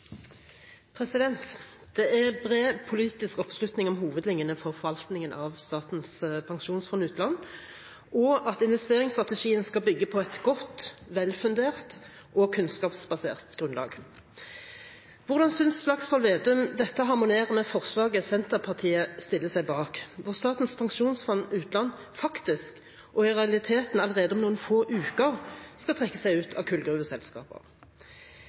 at investeringsstrategien skal bygge på et godt, velfundert og kunnskapsbasert grunnlag. Hvordan synes Slagsvold Vedum dette harmonerer med forslaget Senterpartiet stiller seg bak, hvor Statens pensjonsfond utland i realiteten allerede om noen få uker skal trekke seg ut av kullgruveselskaper?